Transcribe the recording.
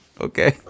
Okay